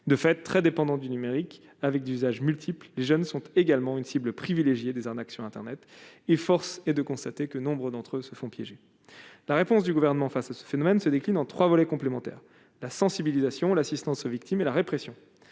de fait très dépendant du numérique avec d'usage multiple, les jeunes sont également une cible privilégiée des arnaques sur Internet, et force est de constater que nombre d'entre eux se font piéger la réponse du gouvernement face à ce phénomène se décline en 3 volets complémentaires, la sensibilisation, l'assistance aux victimes et la répression